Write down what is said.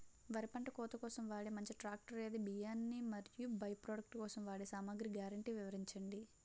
వరి పంట కోత కోసం వాడే మంచి ట్రాక్టర్ ఏది? బియ్యాన్ని మరియు బై ప్రొడక్ట్ కోసం వాడే సామాగ్రి గ్యారంటీ వివరించండి?